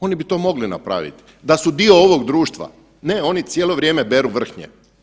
Oni bi to mogli napraviti da su dio ovog društva, ne oni cijelo vrijeme beru vrhnje.